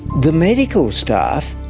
the medical staff,